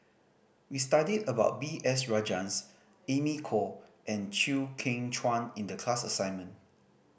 we studied about B S Rajhans Amy Khor and Chew Kheng Chuan in the class assignment